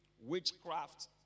witchcraft